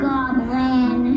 Goblin